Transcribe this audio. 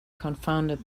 confounded